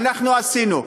אנחנו עשינו,